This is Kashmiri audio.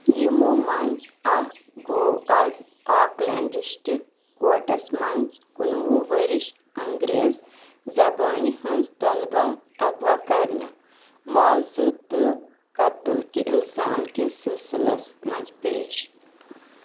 یِمَو منٛز اکھ گوٚو از آکلینڈ ڈسٹرک کورٹَس منٛز کُنوُہ ؤرِش انگریز زبانہِ ہٕنٛز طالبہ اغوا كرنہٕ ، مُعاوضہٕ تہٕ قتل کہِ الزام كِس سِلسِلس منز پیش